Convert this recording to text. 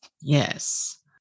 Yes